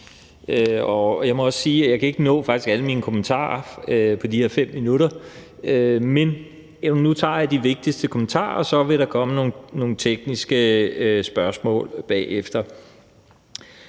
ikke kan nå alle mine kommentarer på de her 5 minutter, men nu tager jeg de vigtigste kommentarer, og så vil der komme nogle tekniske spørgsmål bagefter.